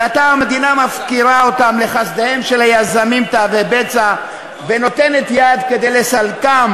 ועתה המדינה מפקירה אותם לחסדיהם של יזמים תאבי בצע ונותנת יד לסילוקם